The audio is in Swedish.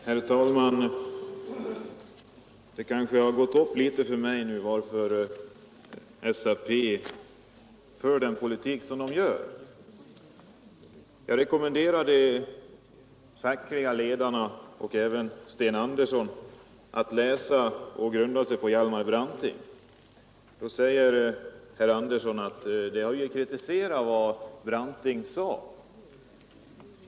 Herr talman! Det börjar nu gå upp för mig varför SAP för den politik som partiet för. Jag rekommenderade de fackliga ledarna och även Sten Andersson att läsa och begrunda vad Hjalmar Branting skrivit. Då sade herr Andersson att jag ville kritisera vad Branting sagt.